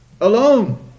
alone